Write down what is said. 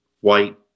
white